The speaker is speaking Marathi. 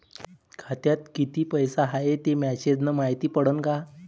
खात्यात किती पैसा हाय ते मेसेज न मायती पडन का?